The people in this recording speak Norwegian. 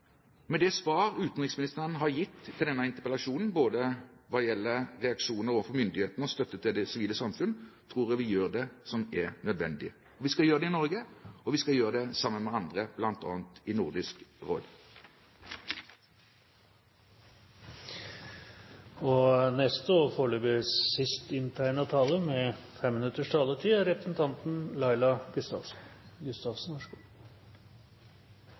Med det svar utenriksministeren har gitt på denne interpellasjonen både hva gjelder reaksjoner overfor myndighetene og støtte til det sivile samfunn, tror jeg vi gjør det som er nødvendig. Vi skal gjøre det i Norge, og vi skal gjøre det sammen med andre, bl.a. i Nordisk Råd.